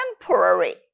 temporary